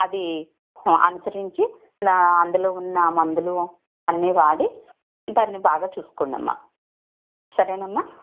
అది అనుసరించి అందులో ఉన్న మందులు అన్నీ వాడి దాన్ని బాగా చూసుకొండమ్మా సరేనమ్మా